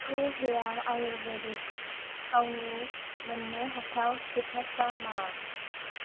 true हेयार आयुर्बेदिक थावनि मोन्नो हाथाव स्टेटासा मा